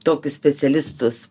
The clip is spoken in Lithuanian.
tokius specialistus